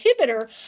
inhibitor